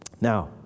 Now